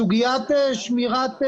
בצורה מקצועית מכבדת ומכובדת.